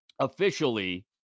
officially